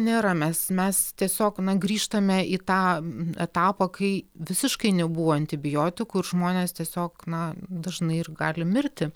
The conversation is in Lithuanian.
nėra mes mes tiesiog na grįžtame į tą etapą kai visiškai nebuvo antibiotikų ir žmonės tiesiog na dažnai ir gali mirti